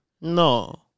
No